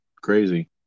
Crazy